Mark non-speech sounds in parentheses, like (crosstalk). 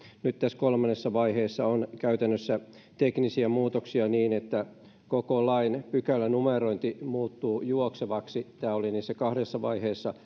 nyt tässä kolmannessa vaiheessa on käytännössä teknisiä muutoksia niin että koko lain pykälänumerointi muuttuu juoksevaksi tämä oli niissä kahdessa vaiheessa (unintelligible)